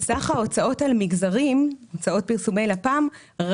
את סך ההוצאות של פרסומי לפ"ם על מגזרים,